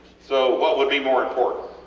so what would be more important?